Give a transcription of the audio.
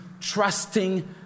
trusting